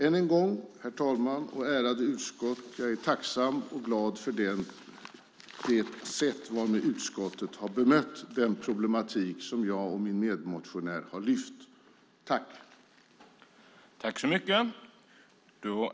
Ännu en gång, herr talman och ärade utskott, säger jag att jag är tacksam för och glad över det sätt på vilket utskottet bemött den problematik som jag och min medmotionär lyft fram.